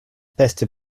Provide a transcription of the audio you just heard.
beste